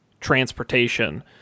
transportation